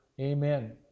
Amen